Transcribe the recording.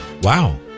Wow